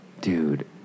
Dude